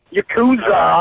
Yakuza